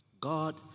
God